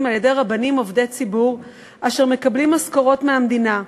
על-ידי רבנים עובדי ציבור אשר מקבלים משכורת מהמדינה.